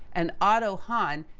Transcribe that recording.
and otto hahn,